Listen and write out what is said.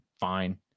fine